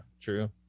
true